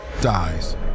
dies